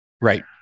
Right